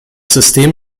system